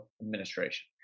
administration